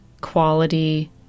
quality